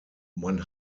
man